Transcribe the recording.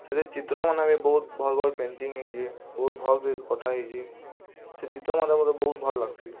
ସେ ଦେହି ଚିତ୍ରମାନେ ବି ବହୁତ୍ ଭଲ୍ ଭଲ୍ ପେଟିଙ୍ଗ୍ ହେଇଛେ ବହୁତ୍ ଭଲ୍ସେ କଟା ହେଇଛେ ସେ ଚିତ୍ର ମଧ୍ୟ ମତେ ବହୁତ୍ ଭଲ୍ ଲାଗ୍ସି